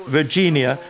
Virginia